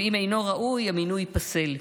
ואם אינו ראוי, המינוי ייפסל.